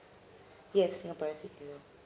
yes singaporean citizen